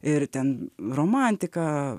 ir ten romantika